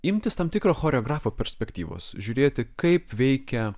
imtis tam tikro choreografo perspektyvos žiūrėti kaip veikia